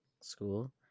school